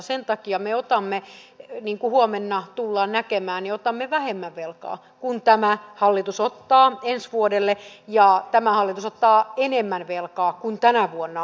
sen takia me otamme niin kuin huomenna tullaan näkemään vähemmän velkaa kuin tämä hallitus ottaa ensi vuodelle ja tämä hallitus ottaa enemmän velkaa kuin tänä vuonna on otettu